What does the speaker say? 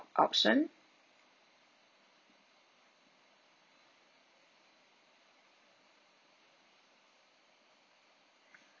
option